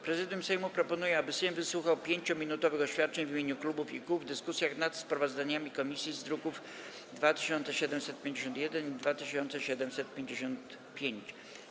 Prezydium Sejmu proponuje, aby Sejm wysłuchał 5-minutowych oświadczeń w imieniu klubów i kół w dyskusjach nad sprawozdaniami komisji z druków nr 2751 i 2755.